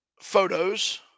photos